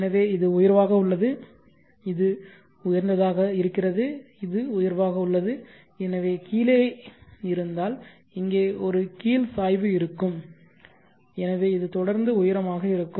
எனவே இது உயர்வாக உள்ளது இது உயர்ந்ததாக இருக்கிறது இது உயர்வாக உள்ளது எனவே கீழே இருந்தால் இங்கே ஒரு கீழ் சாய்வு இருக்கும் எனவே இது தொடர்ந்து உயரமாக இருக்கும்